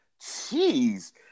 jeez